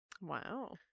Wow